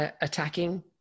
attacking